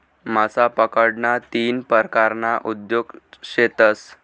मासा पकडाना तीन परकारना उद्योग शेतस